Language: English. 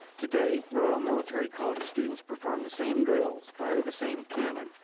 today, royal military college students perform the same drills, fire the same cannon,